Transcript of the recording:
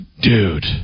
dude